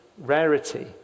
rarity